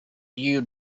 you